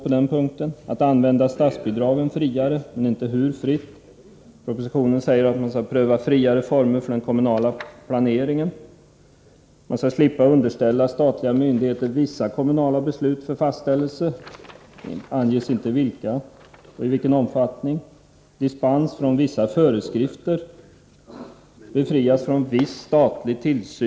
Det talas om att statsbidragen skall användas på ett friare sätt, men det sägs inte hur fritt. Vidare står det i propositionen att friare former skall prövas när det gäller den kommunala planeringen. Vissa kommunala beslut skall inte behöva underställas statliga myndigheter i och för fastställelse, men det anges inte vilka beslut det är fråga om och i vilken omfattning det skall ske. Det skall kunna lämnas dispens från vissa föreskrifter och befrielse från viss statlig tillsyn.